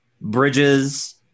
Bridges